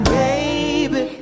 baby